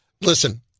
listen